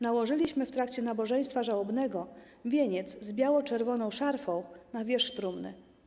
Nałożyliśmy w trakcie nabożeństwa żałobnego wieniec z biało-czerwoną szarfą na wierzch trumny.